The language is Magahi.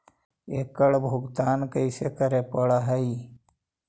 एकड़ भुगतान कैसे करे पड़हई?